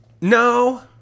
No